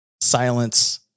silence